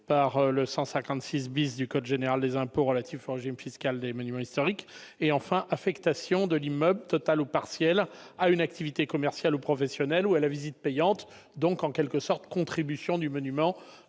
l'article 156 du code général des impôts relatif au régime fiscal des monuments historiques ; une affectation de l'immeuble, totale ou partielle, à une activité commerciale ou professionnelle ou à la visite payante, c'est-à-dire en quelque sorte une contribution du monument